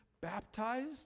baptized